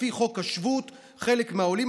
לפי חוק השבות חלק מהעולים,